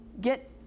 get